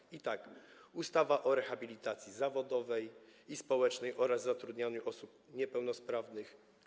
Chodzi o ustawę o rehabilitacji zawodowej i społecznej oraz zatrudnianiu osób niepełnosprawnych,